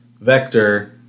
Vector